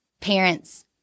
parents